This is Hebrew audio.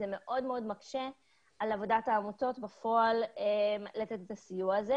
זה מאוד מאוד מקשה על עבודת העמותות במתן הסיוע הזה.